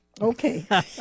Okay